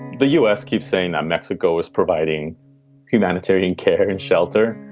the u s. keeps saying that mexico is providing humanitarian care and shelter,